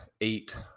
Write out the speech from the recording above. eight